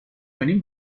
کنیم